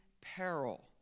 peril